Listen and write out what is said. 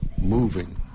moving